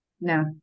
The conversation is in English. No